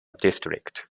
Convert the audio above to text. district